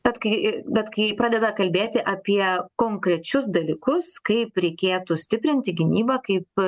bet kai bet kai pradeda kalbėti apie konkrečius dalykus kaip reikėtų stiprinti gynybą kaip